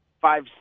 five